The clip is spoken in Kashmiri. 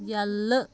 یلہٕ